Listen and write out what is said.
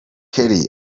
kelly